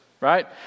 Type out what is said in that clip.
right